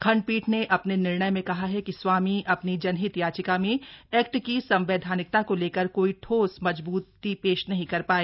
खण्डपीठ ने अपने निर्णय में कहा कि स्वामी अपनी जनहित याचिका में एक्ट की संवैधानिकता को लेकर कोई ठोस सबूत पेश नहीं कर पाए